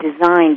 designed